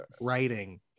writing